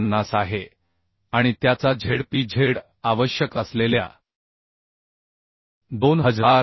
550 आहे आणि त्याचा Zp Z आवश्यक असलेल्या 2228